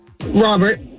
Robert